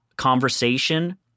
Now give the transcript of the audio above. conversation